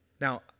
Now